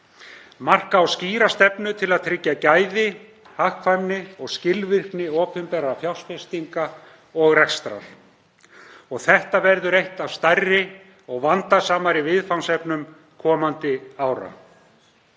Marka á skýra stefnu til að tryggja gæði, hagkvæmni og skilvirkni opinberra fjárfestinga og rekstrar. Þetta verður eitt af stærri og vandasamari viðfangsefnum komandi ára.